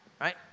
Right